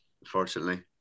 unfortunately